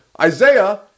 Isaiah